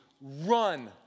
Run